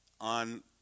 on